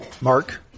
Mark